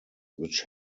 which